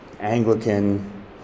Anglican